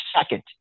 second